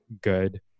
good